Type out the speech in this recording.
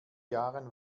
jahren